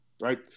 right